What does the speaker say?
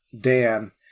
Dan